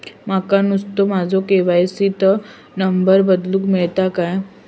माका नुस्तो माझ्या के.वाय.सी त नंबर बदलून मिलात काय?